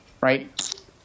right